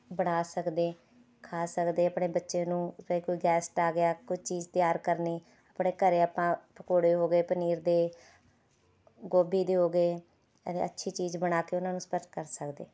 ਬਣਾ ਸਕਦੇ ਖਾ ਸਕਦੇ ਆਪਣੇ ਬੱਚੇ ਨੂੰ ਫੇਰ ਕੋਈ ਗੈਸਟ ਆ ਗਿਆ ਕੋਈ ਚੀਜ਼ ਤਿਆਰ ਕਰਨੀ ਆਪਣੇ ਘਰ ਆਪਾਂ ਪਕੌੜੇ ਹੋ ਗਏ ਪਨੀਰ ਦੇ ਗੋਭੀ ਦੇ ਹੋ ਗਏ ਅੱਛੀ ਚੀਜ਼ ਬਣਾ ਕੇ ਉਹਨਾਂ ਨੂੰ ਕਰ ਸਕਦੇ